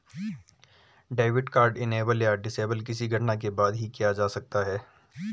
debit card enable या disable किसी घटना के बाद ही किया जा सकता है